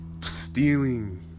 stealing